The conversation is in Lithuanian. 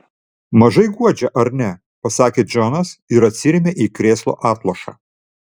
mažai guodžia ar ne pasakė džonas ir atsirėmė į krėslo atlošą